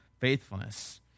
faithfulness